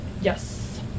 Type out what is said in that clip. Yes